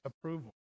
approval